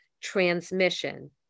transmission